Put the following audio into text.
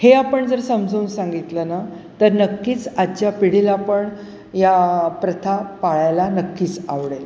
हे आपण जर समजून सांगितलं ना तर नक्कीच आजच्या पिढीला पण या प्रथा पाळायला नक्कीच आवडेल